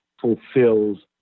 fulfills